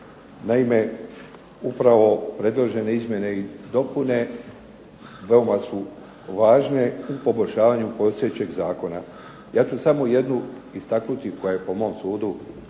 Naime, upravo predložene izmjene i dopune veoma su važne u poboljšavanju postojećeg Zakona. Ja ću samo jednu istaknuti koja je po mom sudu